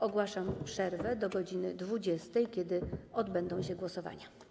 Ogłaszam przerwę od godz. 20, kiedy odbędą się głosowania.